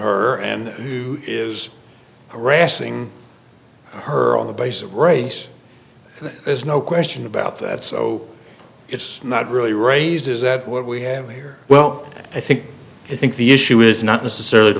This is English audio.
her and who is arresting her on the basis of race there's no question about that so it's not really raised is that what we have here well i think i think the issue is not necessarily t